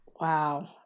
Wow